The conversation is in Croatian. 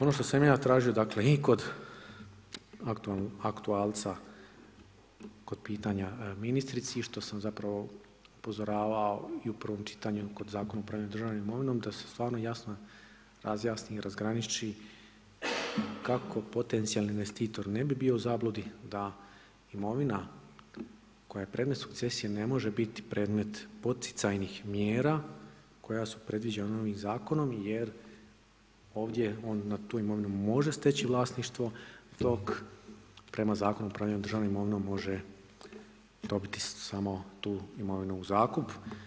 Ono što sam ja tražio, dakle i kod aktualca kod pitanja ministrici, što sam zapravo upozoravao i u prvom čitanju kod Zakona o upravljanju državnom imovinom da se stvarno razjasni i razgraniči kako potencijalni investitor ne bi bio u zabludi da imovina koja je predmet sukcesije ne može biti predmet poticajnih mjera koja su predviđena ovim zakonom jer ovdje on na tu imovinu može steći vlasništvo, dok prema Zakonu o upravljanju državnom imovinom može dobiti samo tu imovinu u zakup.